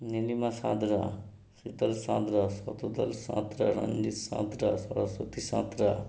Nilima Santra Sheetal Santra Shatadal Santra Ranjit Santra Saraswati Santra